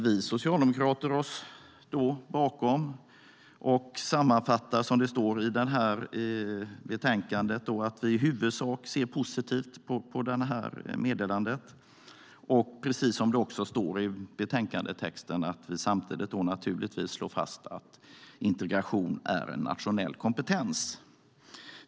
Vi socialdemokrater ställer oss bakom meddelandet och ser i huvudsak positivt på det, samtidigt som vi naturligtvis vill slå fast att integration är en nationell kompetens, som det också står i betänkandetexten.